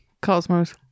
Cosmos